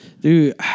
Dude